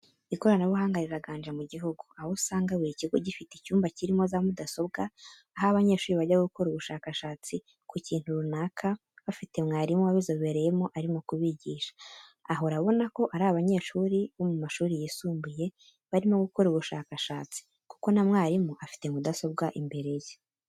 Ikoranabuhanga riraganje mu gihugu, aho usanga buri kigo gifite icyumba kirimo za mudasobwa, aho abanyeshuri bajya gukora ubushakashatsi ku kintu runaka, bafite mwarimu wabizoberyemo arimo kubigisha. Aha urabona ko ari abanyeshuri bo mu mashuri yisumbuye, barimo gukora ubushakashatsi, kuko na mwarimu afite mudasobwa imbere ye.